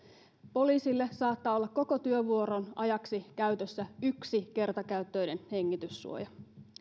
poliisille saattaa olla koko työvuoron ajaksi käytössä yksi kertakäyttöinen hengityssuoja